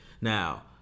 Now